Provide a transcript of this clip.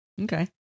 Okay